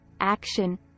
action